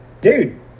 dude